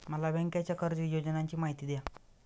मला बँकेच्या कर्ज योजनांची माहिती द्या